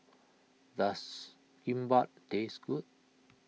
does Kimbap taste good